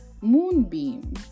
Moonbeam